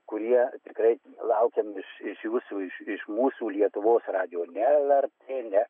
kurie tikrai laukiam iš iš jūsų iš mūsų lietuvos radijo ne lrt ne